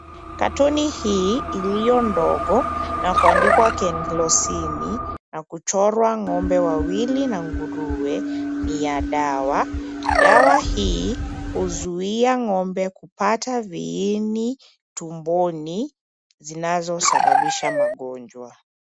Kartoni hii iliyondogo na kuandikwa kenlosini na kuchorwa ngombe wawili na nguruwe ni ya dawa, dawa hii huzuia ngoombe kupata viini tumboni zinazosababisha magonjwa.